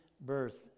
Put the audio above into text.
birth